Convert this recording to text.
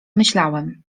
myślałem